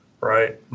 Right